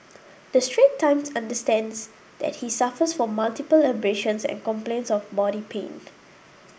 the Straits Times understands that he suffers from multiple abrasions and complains of body pain